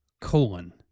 colon